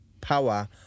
power